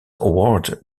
awarded